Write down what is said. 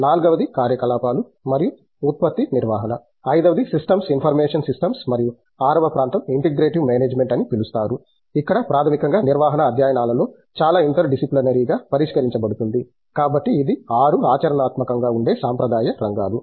నాల్గవది కార్యకలాపాలు మరియు ఉత్పత్తి నిర్వహణ ఐదవది సిస్టమ్స్ ఇన్ఫర్మేషన్ సిస్టమ్స్ మరియు ఆరవ ప్రాంతం ఇంటిగ్రేటివ్ మేనేజ్మెంట్ అని పిలుస్తారు ఇక్కడ ప్రాథమికంగా నిర్వహణ అధ్యయనాలలో చాలా ఇంటర్ డిసిప్లినరీగా పరిష్కరించబడుతుంది కాబట్టి ఇది 6 ఆచరణాత్మకంగా ఉండే సాంప్రదాయ రంగాలు